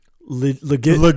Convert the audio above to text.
legit